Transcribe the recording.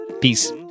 peace